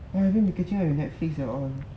!wah! I haven't been catching on Netflix at all